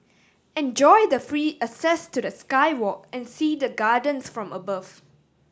enjoy the free access to the sky walk and see the gardens from above